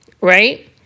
right